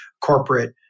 corporate